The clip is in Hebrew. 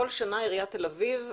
כול שנה עיריית תל אביב,